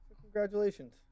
Congratulations